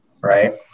right